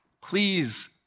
Please